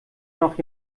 noch